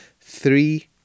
three